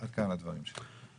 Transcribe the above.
עד כאן הדברים שלי.